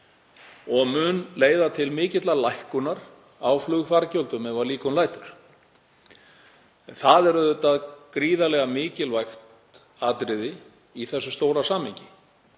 og munu leiða til mikillar lækkunar á flugfargjöldum ef að líkum lætur. Það er auðvitað gríðarlega mikilvægt atriði í stóra samhenginu.